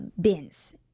Bins